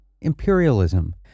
imperialism